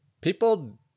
people